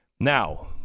Now